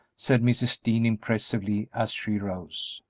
said mrs. dean, impressively, as she rose.